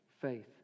Faith